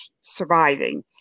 surviving